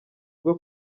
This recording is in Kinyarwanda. bwo